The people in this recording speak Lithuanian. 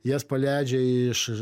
jas paleidžia iš